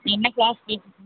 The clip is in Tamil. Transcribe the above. என்ன கிளாஸ் போயிட்டுருக்கீங்க